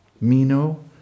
Mino